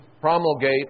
promulgate